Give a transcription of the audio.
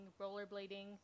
rollerblading